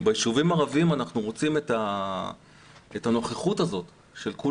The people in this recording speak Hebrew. ביישובים הערביים אנחנו רוצים את הנוכחות הזאת של כל